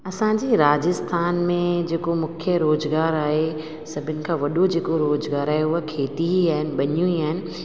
असांजे राजस्थान में जेको मुख्य रोज़गारु आहे सभिनि खां वॾो जेको रोज़गारु आहे उहा खेती ई आहिनि बनियूं ई आहिनि